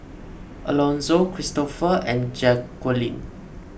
Elonzo Kristofer and Jacquelynn